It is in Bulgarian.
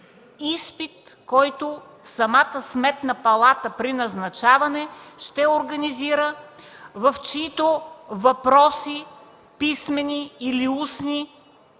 изпит, който самата Сметна палата, при назначаване ще организира, в чиито въпроси писмени или устни